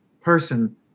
person